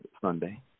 Sunday